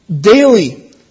Daily